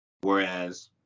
Whereas